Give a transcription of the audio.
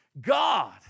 God